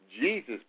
Jesus